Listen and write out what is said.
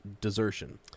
desertion